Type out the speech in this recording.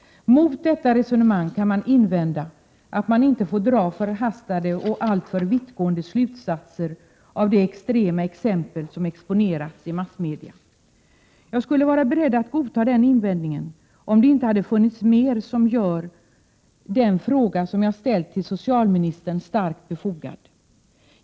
Mot detta resonemang kan invändas att man inte får dra förhastade och alltför vittgående slutsatser av det extrema exempel som exponerats i massmedia. Jag skulle vara beredd att godta den invändningen, om det inte hade funnits mer som gör den fråga som jag har ställt till socialministern starkt befogad.